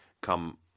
come